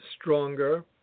stronger